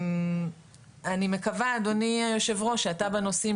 אני מקווה, אדוני היושב-ראש, שאתה בנושאים